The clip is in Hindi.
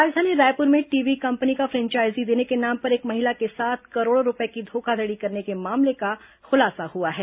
राजधानी रायपुर में टीवी कंपनी का फ्रेंचाइजी देने के नाम पर एक महिला के साथ करोड़ों रूपये की धोखाधड़ी करने के मामले का खुलासा हुआ है